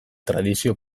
tradizio